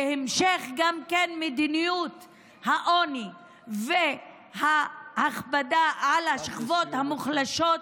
וגם המשך מדיניות העוני וההכבדה על השכבות המוחלשות,